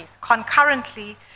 Concurrently